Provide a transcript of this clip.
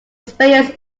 experience